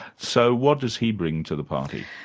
so what does he bring to the party?